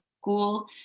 school